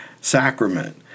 sacrament